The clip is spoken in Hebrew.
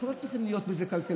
לא צריך להיות כלכלן.